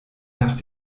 nach